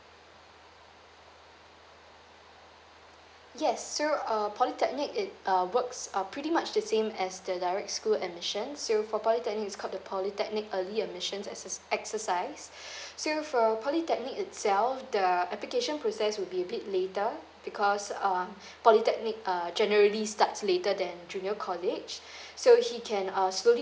yes so uh polytechnic it uh works uh pretty much the same as the direct school admissions so for polytechnic it's called the polytechnic early admissions exerci~ exercise so for polytechnic itself the application process will be a bit later because um polytechnic uh generally starts later than junior college so he can uh slowly